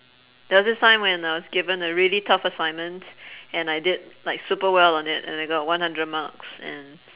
there was this time when I was given a really tough assignment and I did like super well on it and I got one hundred marks and